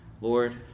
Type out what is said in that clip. Lord